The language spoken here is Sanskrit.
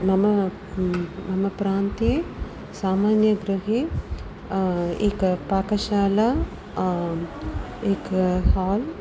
मम मम प्रान्ते सामान्यगृहे एका पाकशाला एक हाल्